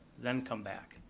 then come back.